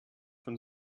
von